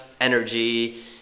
energy